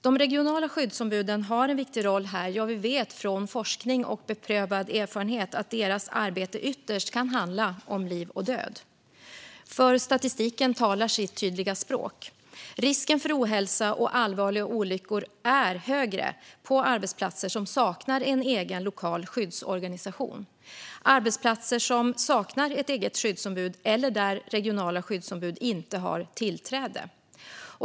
De regionala skyddsombuden har en viktig roll här - ja, vi vet från forskning och beprövad erfarenhet att deras arbete ytterst kan handla om liv och död. Statistiken talar nämligen sitt tydliga språk: Risken för ohälsa och allvarliga olyckor är högre på arbetsplatser som saknar en egen, lokal skyddsorganisation, på arbetsplatser som saknar ett eget skyddsombud eller där regionala skyddsombud inte har tillträde.